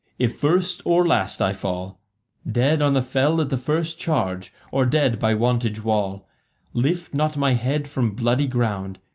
if first or last i fall dead on the fell at the first charge, or dead by wantage wall lift not my head from bloody ground,